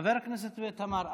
חבר הכנסת איתמר,